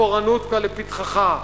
הפורענות כבר לפתחך,